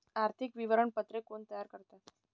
आर्थिक विवरणपत्रे कोण तयार करतात?